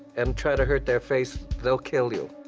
and tried to hurt their face, they'll kill you.